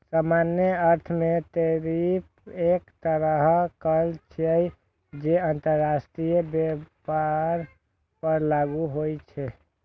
सामान्य अर्थ मे टैरिफ एक तरहक कर छियै, जे अंतरराष्ट्रीय व्यापार पर लागू होइ छै